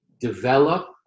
develop